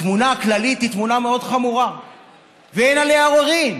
התמונה הכללית היא תמונה מאוד חמורה ואין עליה עוררין: